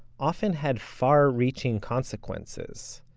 often had far reaching consequences.